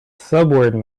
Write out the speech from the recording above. subword